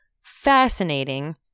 fascinating